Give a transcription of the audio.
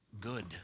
good